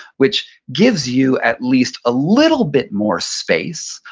which gives you at least a little bit more space,